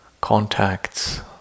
contacts